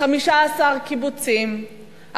15 קיבוצים,